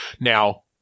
Now